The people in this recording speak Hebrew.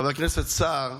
חבר הכנסת סער,